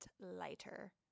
lighter